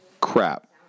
crap